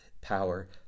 power